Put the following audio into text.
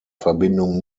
verbindung